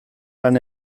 lan